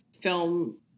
film